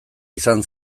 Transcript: izan